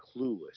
clueless